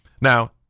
Now